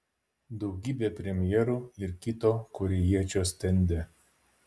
daugybė premjerų ir kito korėjiečio stende